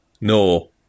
no